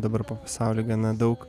dabar po pasaulį gana daug